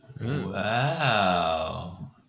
Wow